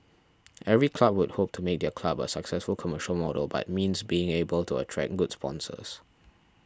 every club would hope to make their club a successful commercial model but means being able to attract good sponsors